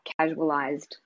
casualized